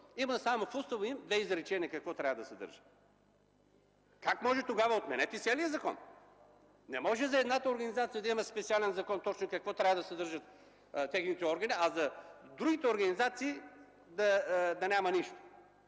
има само две изречения какво трябва да съдържа. Как може това? Отменете целия закон! Не може за едната организация да има специален закон точно какви трябва да са нейните органи, а за другите организации да няма нищо.